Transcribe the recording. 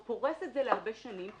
הוא פורס את זה להרבה שנים,